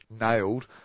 nailed